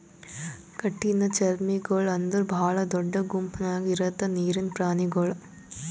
ಕಠಿಣಚರ್ಮಿಗೊಳ್ ಅಂದುರ್ ಭಾಳ ದೊಡ್ಡ ಗುಂಪ್ ನ್ಯಾಗ ಇರದ್ ನೀರಿನ್ ಪ್ರಾಣಿಗೊಳ್